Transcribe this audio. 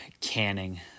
canning